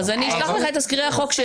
אני אשלח לך את תזכירי החוק.